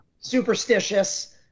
superstitious